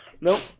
Nope